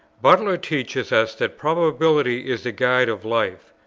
butler teaches us that probability is the guide of life.